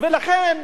כשאנשים זועקים,